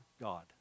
God